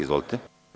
Izvolite.